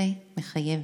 / זה מחייב.